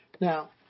Now